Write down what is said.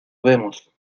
vemos